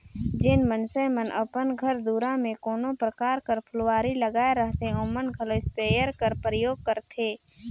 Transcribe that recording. जेन मइनसे मन अपन घर दुरा में कोनो परकार कर फुलवारी लगाए रहथें ओमन घलो इस्पेयर कर परयोग करथे